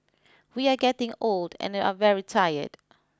we are getting old and are very tired